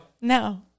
No